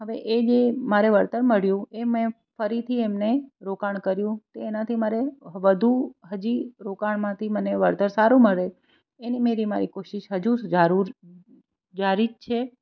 હવે એ જે મારે વળતર મળ્યું એ મેં ફરીથી એમને રોકાણ કર્યું તો એનાથી મારે વધું હજી રોકાણમાંથી મને વળતર સારું મળે એની મેરી મારી કોશિશ હજુ જારી જ છે